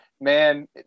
Man